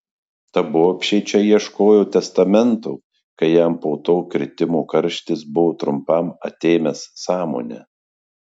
ta bobšė čia ieškojo testamento kai jam po to kritimo karštis buvo trumpam atėmęs sąmonę